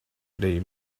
they